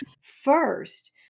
First